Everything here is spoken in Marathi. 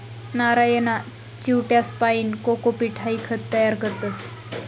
नारयना चिवट्यासपाईन कोकोपीट हाई खत तयार करतस